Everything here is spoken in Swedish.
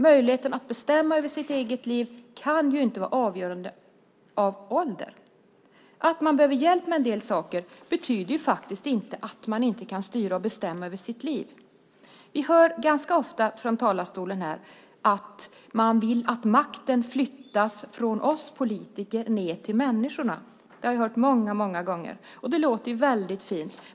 Möjligheten att bestämma över sitt eget liv kan inte vara avgörande av ålder. Att man behöver hjälp med en del saker betyder faktiskt inte att man inte bestämmer över sitt liv. Vi hör ganska ofta här från talarstolen att man vill att makten flyttas från oss politiker ned till människorna. Det har vi hört många gånger, och det låter väldigt fint.